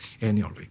annually